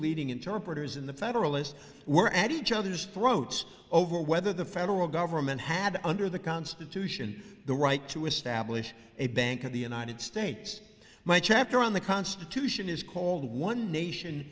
leading interpreters in the federalist were at each other's throats over whether the federal government had under the constitution the right to establish a bank of the united states my chapter on the constitution is called one nation